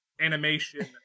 animation